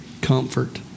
comfort